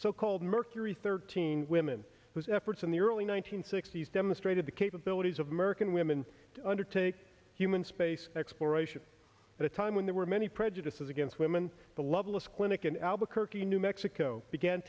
so called mercury thirteen women whose efforts in the early one nine hundred sixty s demonstrated the capabilities of american women to undertake human space exploration at a time when there were many prejudices against women the loveless clinic in albuquerque new mexico began